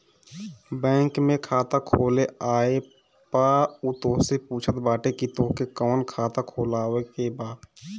bank में खाता खोले आए पअ उ तोहसे पूछत बाटे की तोहके कवन खाता खोलवावे के हवे